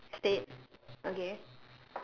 mmhmm stayed okay